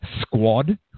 squad